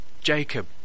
Jacob